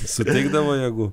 suteikdavo jėgų